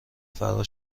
فرار